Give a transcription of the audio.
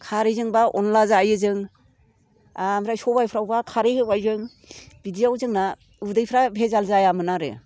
खारैजोंबा अनला जायो जों ओमफ्राय सबायफ्रावबा खारै होबाय जों बिदियाव जोंना उदैफ्रा भेजाल जायामोन आरो